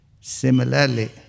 Similarly